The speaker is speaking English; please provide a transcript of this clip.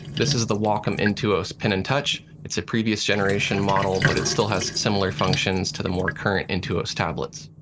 this is the wacom intuos pen and touch. it's a previous generation model, but it still has similar functions to the more current intuos tablets.